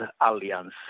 Alliance